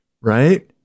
right